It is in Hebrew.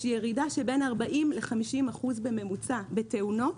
יש ירידה של 40%-50% בממוצע בתאונות,